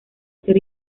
ser